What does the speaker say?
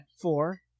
four